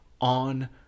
on